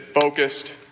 focused